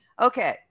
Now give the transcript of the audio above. okay